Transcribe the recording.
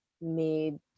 made